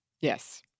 Yes